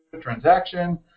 transaction